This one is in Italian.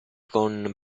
con